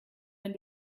wenn